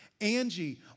Angie